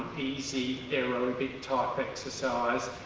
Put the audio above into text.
easy aerobic type exercise,